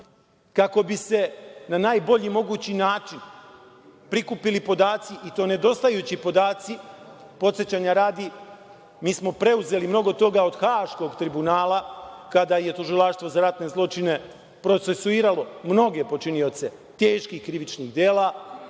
kako bi se na najbolji mogući način prikupili podaci, i to nedostajući podaci. Podsećanja radi, mi smo preuzeli mnogo toga od Haškog tribunala kada je Tužilaštvo za ratne zločine procesuiralo mnoge počinioce teških krivičnih dela